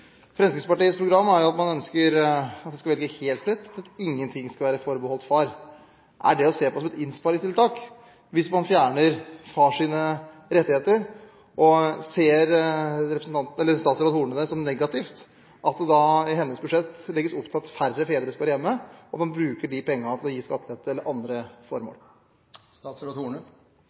Fremskrittspartiets program er jo at man ønsker at det skal velges helt fritt – ingen ting skal være forbeholdt far. Er det å se på som et innsparingstiltak hvis man fjerner fars rettigheter? Og ser statsråd Horne det som negativt at det i hennes budsjett legges opp til at færre fedre skal være hjemme, og at man bruker de pengene til å gi skattelette eller til andre formål?